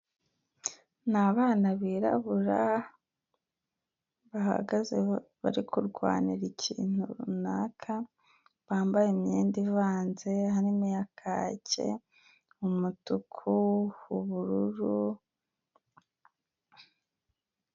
Ni abana birarabura bahagaze bari kurwanira ikintu runaka, bambaye imyenda ivanze, harimo iya kake, umutuku, ubururu.